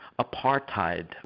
Apartheid